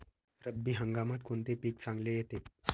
रब्बी हंगामात कोणते पीक चांगले येते?